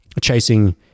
chasing